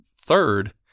third